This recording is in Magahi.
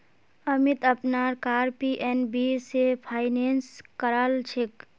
अमीत अपनार कार पी.एन.बी स फाइनेंस करालछेक